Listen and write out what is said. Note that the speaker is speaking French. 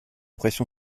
pression